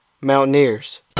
Mountaineers